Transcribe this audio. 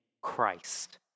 Christ